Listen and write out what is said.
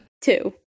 Two